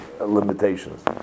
limitations